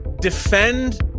Defend